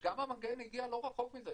וגם המגן לא רחוק מזה.